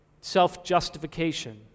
self-justification